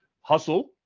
hustle